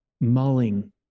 mulling